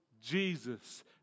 Jesus